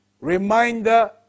Reminder